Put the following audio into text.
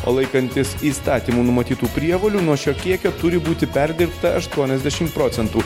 o laikantis įstatymų numatytų prievolių nuo šio kiekio turi būti perdirbta aštuoniasdešim procentų